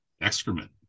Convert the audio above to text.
excrement